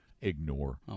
Ignore